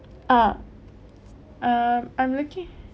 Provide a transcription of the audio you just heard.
ah uh I'm looking